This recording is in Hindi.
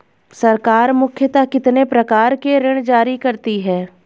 सरकार मुख्यतः कितने प्रकार के ऋण जारी करती हैं?